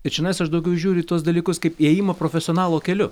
ir čionais aš daugiau žiūriu į tuos dalykus kaip ėjimą profesionalo keliu